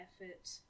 effort